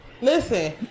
listen